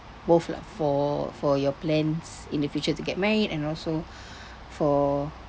both lah for for your plans in the future to get married and also for